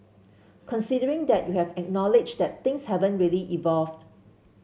considering that you have acknowledged that things haven't really evolved